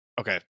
okay